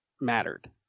mattered